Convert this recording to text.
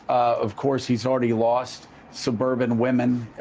of course, he's already lost suburban women.